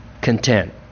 content